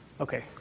Okay